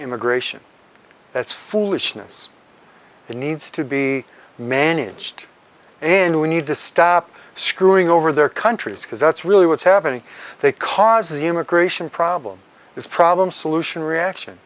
immigration that's foolishness it needs to be managed and we need to stop screwing over their countries because that's really what's happening they cause the immigration problem is problem solution reaction